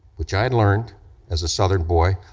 which i had learned as a southern boy,